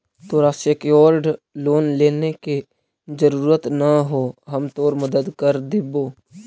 तोरा secured loan लेने के जरूरत न हो, हम तोर मदद कर देबो